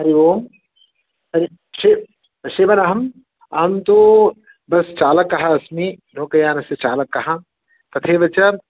हरिः ओं हरि शिव् शिवराम् अहं तु बस्चालकः अस्मि लोकयानस्य चालकः तथैव च